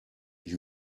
ich